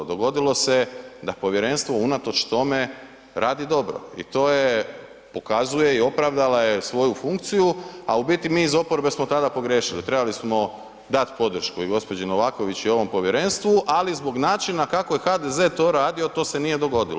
Dogodilo se je da povjerenstvo unatoč tome radi dobro i to je, pokazuje i opravdala je svoju funkciju, a u biti mi iz oporbe smo tada pogriješili, trebali smo dat podršku i gđi. Novaković i ovom povjerenstvu, ali zbog načina kako je HDZ to radio, to se nije dogodilo.